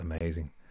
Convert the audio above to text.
amazing